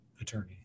attorney